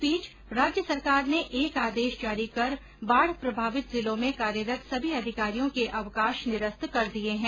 इस बीच राज्य सरकार ने एक आदेश जारी कर बाढ प्रभावित जिलों में कार्यरत सभी अधिकारियों के अवकाश निरस्त कर दिये है